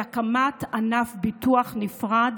היא הקמת ענף ביטוח נפרד